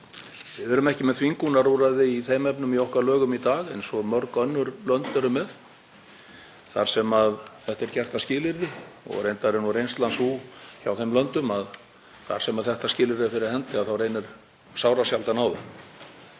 við erum ekki með þvingunarúrræði í þeim efnum í okkar lögum í dag eins og mörg önnur lönd eru með þar sem þetta er gert að skilyrði. Reyndar er reynslan sú hjá þeim löndum þar sem þetta skilyrði er fyrir hendi að þá reynir sárasjaldan á það.